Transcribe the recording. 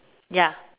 ya